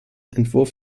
entwurf